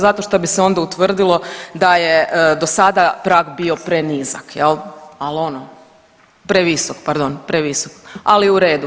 Zato što bi se onda utvrdilo da je do sada prag bio prenizak, ali ono previsok, pardon previsok, ali u redu.